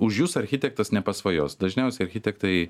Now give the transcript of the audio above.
už jus architektas nepasvajos dažniausiai architektai